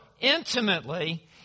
intimately